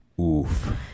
Oof